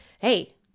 Hey